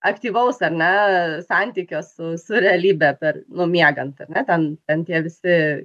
aktyvaus ar ne santykio su realybe per nu miegant ar ne ten ten tie visi